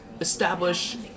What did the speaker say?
establish